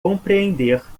compreender